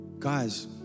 Guys